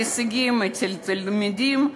הישגים אצל התלמידים,